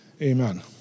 Amen